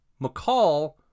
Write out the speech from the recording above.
McCall